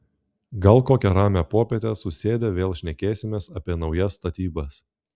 gal kokią ramią popietę susėdę vėl šnekėsimės apie naujas statybas